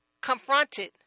confronted